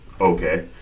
Okay